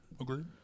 Agreed